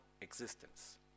existence